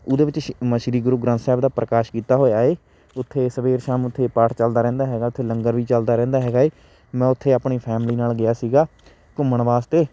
ਉਹਦੇ ਵਿੱਚ ਸ਼ ਮ ਸ਼੍ਰੀ ਗੁਰੂ ਗ੍ਰੰਥ ਸਾਹਿਬ ਦਾ ਪ੍ਰਕਾਸ਼ ਕੀਤਾ ਹੋਇਆ ਏ ਉੱਥੇ ਸਵੇਰ ਸ਼ਾਮ ਉੱਥੇ ਪਾਠ ਚਲਦਾ ਰਹਿੰਦਾ ਹੈਗਾ ਉੱਥੇ ਲੰਗਰ ਵੀ ਚੱਲਦਾ ਰਹਿੰਦਾ ਹੈਗਾ ਏ ਮੈਂ ਉੱਥੇ ਆਪਣੀ ਫੈਮਿਲੀ ਨਾਲ ਗਿਆ ਸੀਗਾ ਘੁੰਮਣ ਵਾਸਤੇ